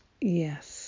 Yes